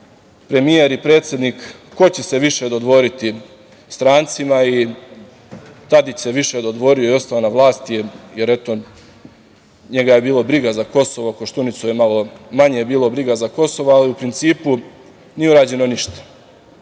premijer i predsednik ko će se više dodvoriti strancima. Tadić se više dodvorio i ostao na vlasti, jer, eto, njega je bilo briga za Kosovo, Koštunicu je malo manje bilo briga za Kosovo, ali u principu nije urađeno ništa.